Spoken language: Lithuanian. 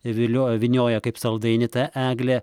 vilioja vynioja kaip saldainį tą eglę